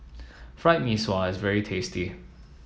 Fried Mee Sua is very tasty